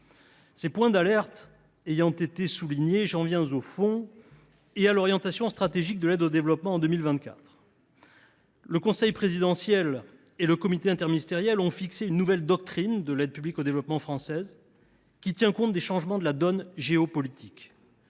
Ces points d’alerte ayant été soulignés, j’en viens au fond et à l’orientation stratégique de l’aide au développement en 2024. Le conseil présidentiel et le comité interministériel ont fixé une nouvelle doctrine de notre aide publique au développement, qui tient compte des changements de la donne géopolitique.